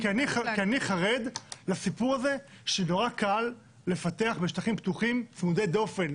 -- כי אני חרד מכך שקל מאוד לפתח בשטחים פתוחים צמודי דופן